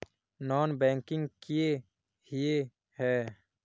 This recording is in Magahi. नॉन बैंकिंग किए हिये है?